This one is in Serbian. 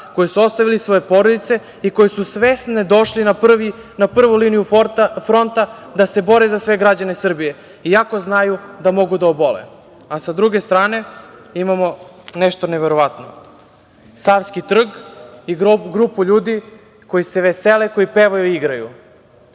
koji su ostavili svoje porodice i koji su svesno došli na prvu liniju fronta da se bore za sve građane Srbije i ako znaju da mogu da obole?S druge strane, imamo nešto neverovatno. Savski trg i grupu ljudi koji se vesele, koji pevaju i igraju.